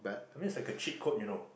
I mean is like a cheat code you know